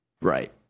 Right